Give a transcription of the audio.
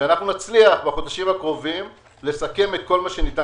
שנצליח לסכם בחודשים הקרובים את מה שיש לסכם.